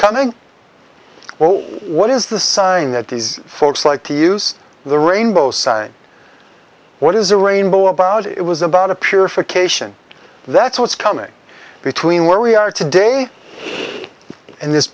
coming what is the sign that these folks like to use the rainbow side what is a rainbow about it was about a purification that's what's coming between where we are today and this